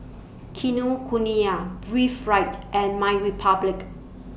Kinokuniya Breathe Right and MyRepublic